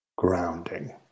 grounding